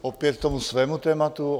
Opět k tomu svému tématu.